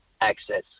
access